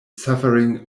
suffering